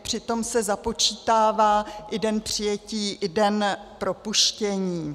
Přitom se započítává den přijetí i den propuštění.